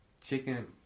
chicken